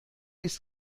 ist